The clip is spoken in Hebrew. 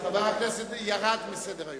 ירד מסדר-היום.